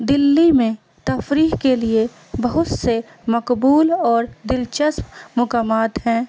دلی میں تفریح کے لیے بہت سے مقبول اور دلچسپ مقامات ہیں